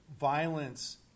violence